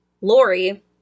Lori